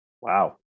Wow